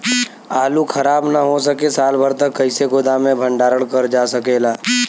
आलू खराब न हो सके साल भर तक कइसे गोदाम मे भण्डारण कर जा सकेला?